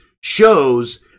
shows